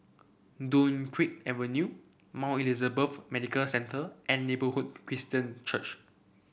Dunkirk Avenue Mount Elizabeth Medical Centre and Neighbourhood Christian Church